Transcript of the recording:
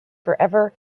forever